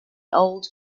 old